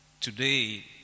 today